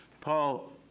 Paul